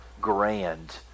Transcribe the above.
grand